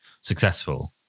successful